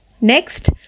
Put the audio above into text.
Next